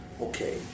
Okay